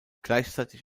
gleichzeitig